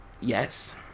Yes